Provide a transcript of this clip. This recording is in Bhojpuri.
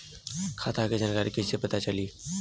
खाता के जानकारी कइसे पता चली?